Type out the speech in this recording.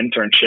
internship